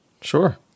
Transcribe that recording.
Sure